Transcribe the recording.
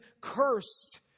cursed